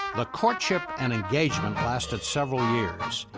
the courtship and engagement lasted several years.